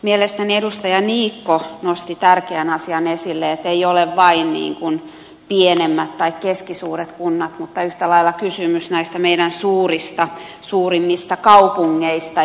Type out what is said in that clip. mielestäni edustaja niikko nosti tärkeän asian esille etteivät kyseessä ole vain pienemmät tai keskisuuret kunnat vaan yhtä lailla on kysymys näistä meidän suurimmista kaupungeistamme